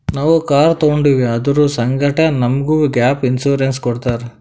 ನಾವ್ ಕಾರ್ ತೊಂಡಿವ್ ಅದುರ್ ಸಂಗಾಟೆ ನಮುಗ್ ಗ್ಯಾಪ್ ಇನ್ಸೂರೆನ್ಸ್ ಕೊಟ್ಟಾರ್